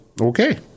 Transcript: Okay